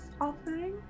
offering